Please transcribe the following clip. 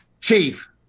Chief